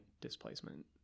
displacement